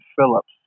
Phillips